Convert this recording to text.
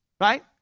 right